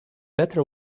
letter